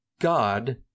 God